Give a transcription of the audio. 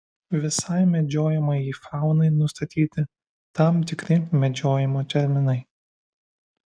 visai medžiojamajai faunai nustatyti tam tikri medžiojimo terminai